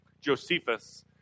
Josephus